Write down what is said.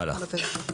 הבנו.